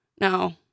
No